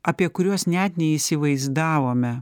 apie kuriuos net neįsivaizdavome